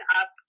up